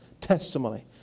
testimony